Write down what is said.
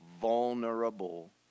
vulnerable